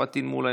פטין מולא,